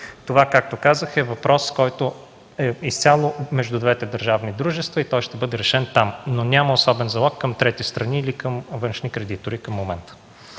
Това, както казах, е въпрос, който е изцяло между двете държавни дружества и той ще бъде решен там, но няма особен залог към трите страни или към външни кредитори към момента.